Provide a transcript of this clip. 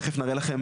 תכף נראה לכם